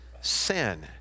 sin